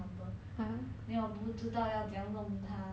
then 我不知道要怎样弄他